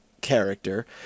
character